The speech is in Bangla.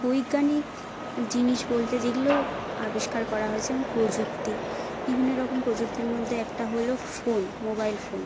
বৈজ্ঞানিক জিনিস বলতে যেগুলো আবিষ্কার করা হয়েছে যেমন প্রযুক্তি বিভিন্ন রকম প্রযুক্তির মধ্যে একটা হলো ফোন মোবাইল ফোন